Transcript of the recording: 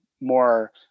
more